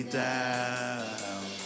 down